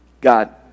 God